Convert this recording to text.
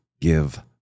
give